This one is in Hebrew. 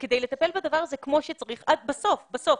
וכדי לטפל בזה כמו שצריך, בסוף בסוף,